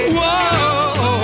Whoa